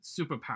superpower